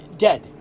Dead